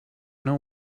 know